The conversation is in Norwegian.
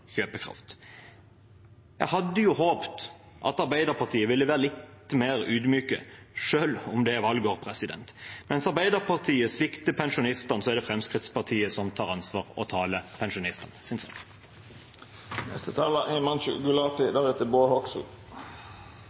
kjøpekraft. Jeg hadde håpet at Arbeiderpartiet ville vært litt mer ydmyke, selv om det er valgår. Mens Arbeiderpartiet svikter pensjonistene, er det Fremskrittspartiet som tar ansvar og taler